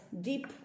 deep